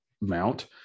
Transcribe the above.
mount